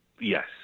Yes